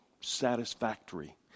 satisfactory